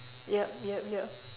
yup yup yup